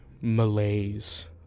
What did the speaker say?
malaise